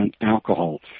alcohol